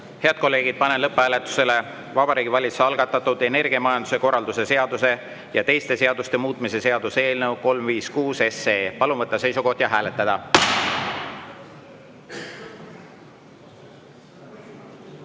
Head kolleegid, panen lõpphääletusele Vabariigi Valitsuse algatatud energiamajanduse korralduse seaduse ja teiste seaduste muutmise seaduse eelnõu 356. Palun võtta seisukoht ja hääletada!